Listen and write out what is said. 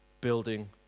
building